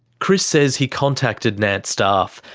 chris says he contacted nant staff.